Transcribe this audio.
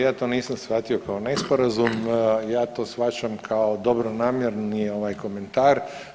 Ja to nisam shvatio kao nesporazum, ja to shvaćam kao dobronamjerni komentar.